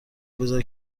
بزار